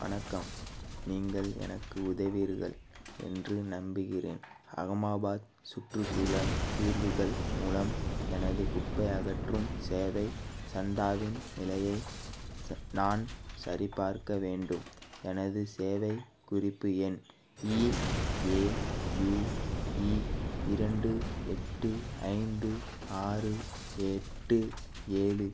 வணக்கம் நீங்கள் எனக்கு உதவுவீர்கள் என்று நம்புகிறேன் அகமாதாபாத் சுற்றுச்சூழல் தீர்வுகள் மூலம் எனது குப்பை அகற்றும் சேவை சந்தாவின் நிலையை ச நான் சரிப்பார்க்க வேண்டும் எனது சேவை குறிப்பு எண் இஏயுஇ இரண்டு எட்டு ஐந்து ஆறு எட்டு ஏழு